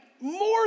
more